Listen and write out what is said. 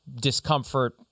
discomfort